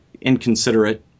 inconsiderate